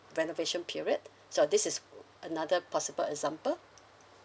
renovation period so this is uh another possible example